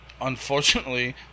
Unfortunately